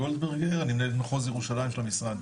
אני מנהל את מחוז ירושלים של המשרד.